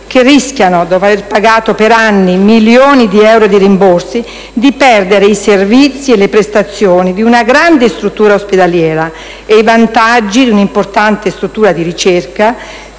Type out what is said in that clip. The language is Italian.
che rischiano, dopo aver pagato per anni milioni di euro di rimborsi, di perdere i servizi e le prestazioni di una grande struttura ospedaliera e i vantaggi di un'importante struttura di ricerca,